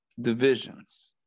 divisions